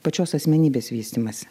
pačios asmenybės vystymąsi